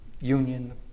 union